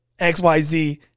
XYZ